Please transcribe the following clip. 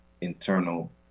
internal